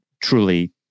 truly